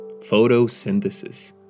Photosynthesis